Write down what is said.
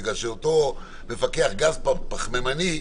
בגלל שאותו מפקח גז פחמימני,